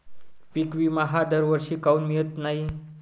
पिका विमा हा दरवर्षी काऊन मिळत न्हाई?